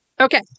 Okay